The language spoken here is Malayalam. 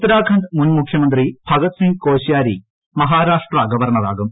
ഉത്താരാഖണ്ഡ് മുൻ മുഖ്യമന്ത്രി ഭഗത് സിംഗ് കോശ്യാരി മഹാരാഷ്ട്രാ ഗവർണറാകും